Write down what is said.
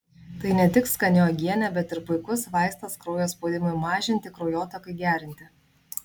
tai ne tik skani uogienė bet ir puikus vaistas kraujo spaudimui mažinti kraujotakai gerinti